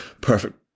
perfect